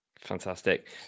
fantastic